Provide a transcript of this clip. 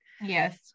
yes